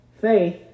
faith